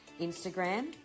Instagram